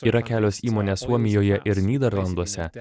yra kelios įmonės suomijoje ir nyderlanduose